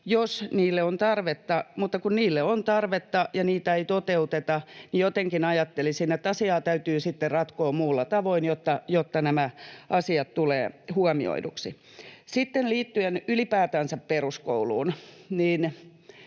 jos niille on tarvetta. Mutta kun niille on tarvetta mutta niitä ei toteuteta, niin jotenkin ajattelisin, että asiaa täytyy sitten ratkoa muilla tavoin, jotta nämä asiat tulevat huomioiduiksi. Sitten liittyen ylipäätänsä peruskouluun: